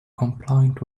compliant